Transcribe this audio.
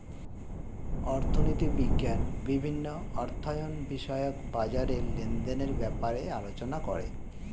অর্থনীতি বিজ্ঞান বিভিন্ন অর্থায়ন বিষয়ক বাজার লেনদেনের ব্যাপারে আলোচনা করে